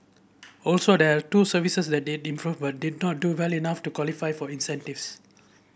also there are two services that did improve but did not do well enough to qualify for incentives